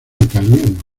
italiano